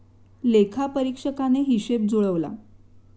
लेखापरीक्षकाने हिशेब जुळवला